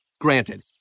Granted